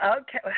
okay